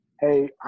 Hey